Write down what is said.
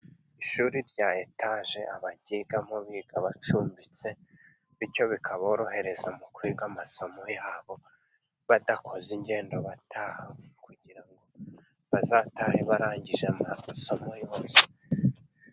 Ishuri rya etaje, abakiyigamo biga bacumbitse bityo bikaborohereza mu kwiga amasomo yabo badakoze ingendo bataha kugirango bazatahe barangijemo amasomo yose.